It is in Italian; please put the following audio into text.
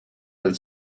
del